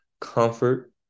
comfort